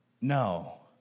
no